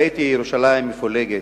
ראיתי ירושלים מפולגת,